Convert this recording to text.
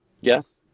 Yes